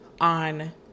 on